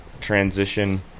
transition